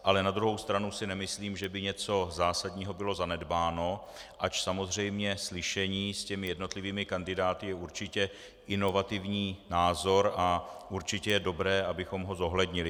Ale na druhou stranu si nemyslím, že by něco zásadního bylo zanedbáno, ač samozřejmě slyšení s jednotlivými kandidáty je určitě inovativní názor a určitě je dobré, abychom ho zohlednili.